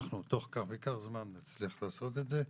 אנחנו תוך כך וכך זמן נצליח לעשות את זה.